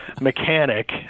mechanic